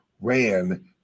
ran